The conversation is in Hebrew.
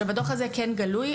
הדוח הזה כן גלוי,